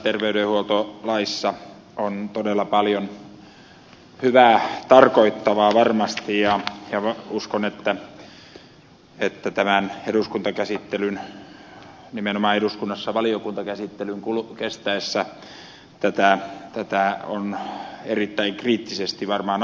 tässä terveydenhuoltolaissa on varmasti todella paljon hyvää tarkoittavaa ja uskon että nimenomaan tämän eduskunnassa käydyn valiokuntakäsittelyn kestäessä tätä on erittäin kriittisesti varmaan arvioitu